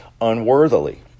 unworthily